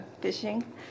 fishing